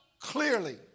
Clearly